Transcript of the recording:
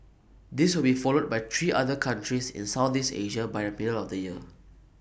this will be followed by three other countries in Southeast Asia by the middle of the year